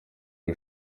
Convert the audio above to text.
iri